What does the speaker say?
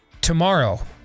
tomorrow